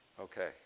Okay